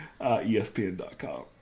ESPN.com